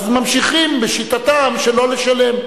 ממשיכים בשיטתם שלא לשלם,